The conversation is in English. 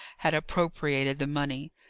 had appropriated the money.